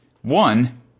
one